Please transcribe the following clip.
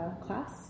class